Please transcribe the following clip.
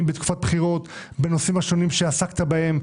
בתקופת בחירות בנושאים השונים שעסקת בהם,